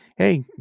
hey